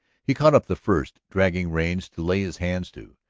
he caught up the first dragging reins to lay his hand to,